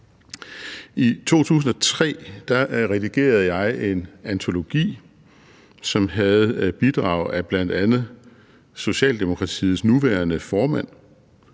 I 2003 redigerede jeg en antologi, som havde bidrag af bl.a. Socialdemokratiets nuværende formand